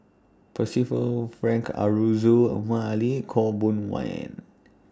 Percival Frank Aroozoo Omar Ali Khaw Boon Wan